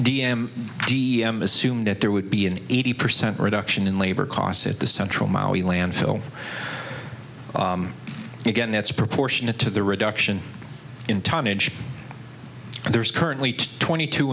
d m d m assumed that there would be an eighty percent reduction in labor costs at the central maui landfill again that's proportionate to the reduction in tonnage and there is currently twenty two